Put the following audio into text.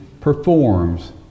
performs